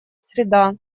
среда